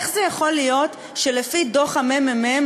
איך זה יכול להיות שלפי דוח הממ"מ,